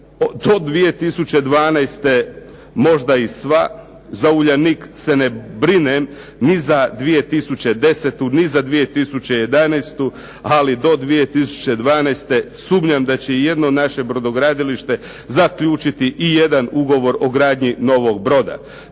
do 2012. možda i sva. Za "Uljanik" se ne brinem ni za 2010., ni za 2011., ali do 2012. sumnjam da će ijedno naše brodogradilište zaključiti ijedan ugovor o gradnji novog broda.